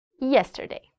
Yesterday